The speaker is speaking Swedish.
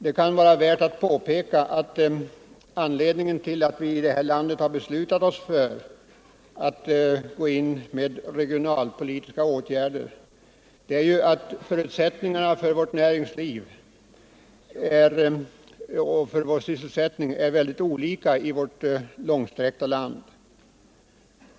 Det kan vara värt att påpeka att anledningen till att vi här i landet har beslutat oss för att gå in för regionalpolitiska åtgärder är att förutsättningarna för näringsliv och sysselsättning är så olika i vårt långsträckta land.